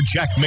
Jack